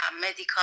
medical